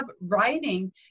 writing